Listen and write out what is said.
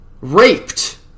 raped